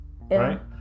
Right